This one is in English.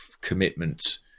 commitment